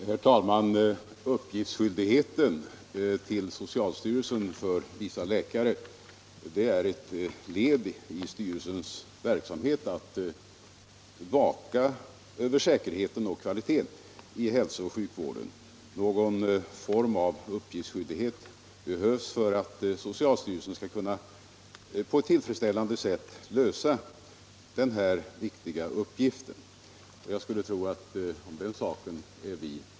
Herr talman! Skyldigheten för vissa läkare att lämna uppgifter till socialstyrelsen är ett led i styrelsens verksamhet att vaka över säkerheten och kvaliteten i hälsooch sjukvården. Någon form av uppgiftsskyldighet behövs för att socialstyrelsen skall kunna på ett tillfredsställande sätt lösa den här viktiga uppgiften. Jag skulle tro att vi är överens om den saken.